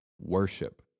worship